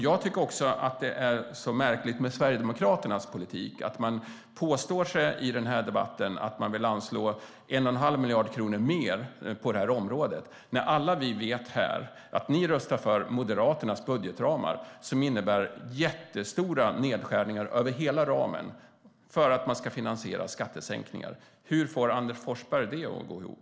Jag tycker att Sverigedemokraternas politik är märklig. Ni påstår i den här debatten att ni vill anslå 1 1⁄2 miljard kronor mer till detta område, Anders Forsberg, men alla vi som är här vet att ni röstar för Moderaternas budgetramar som innebär jättestora nedskärningar över hela ramen för att man ska finansiera skattesänkningar. Hur får Anders Forsberg det att gå ihop?